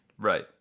Right